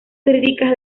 críticas